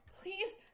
Please